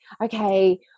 okay